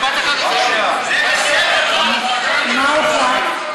מה הוחלט?